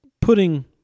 putting